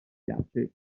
piace